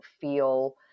feel